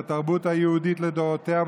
בתרבות היהודית לדורותיה,